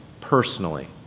personally